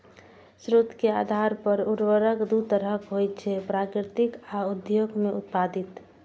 स्रोत के आधार पर उर्वरक दू तरहक होइ छै, प्राकृतिक आ उद्योग मे उत्पादित